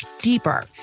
deeper